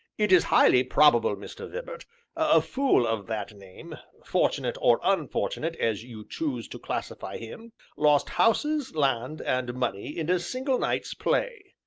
it is highly probable, mr. vibart a fool of that name fortunate or unfortunate as you choose to classify him lost houses, land, and money in a single night's play.